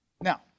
Now